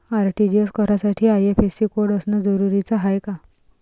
RTGS करासाठी IFSC code असनं जरुरीच हाय का?